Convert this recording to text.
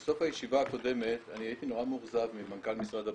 בסוף הישיבה הקודמת אני הייתי נורא מאוכזב ממנכ"ל משרד הבריאות,